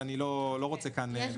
אני לא רוצה לשלוף כאן --- יש